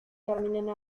termina